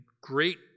great